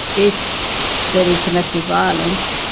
if there is domestic violence,